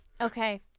Okay